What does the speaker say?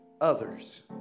others